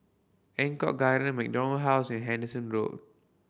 Eng Kong Garden MacDonald House and Henderson Road